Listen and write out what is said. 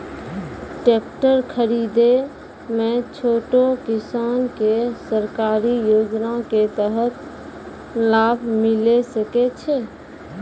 Tractor खरीदै मे छोटो किसान के सरकारी योजना के तहत लाभ मिलै सकै छै?